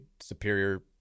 superior